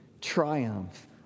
triumph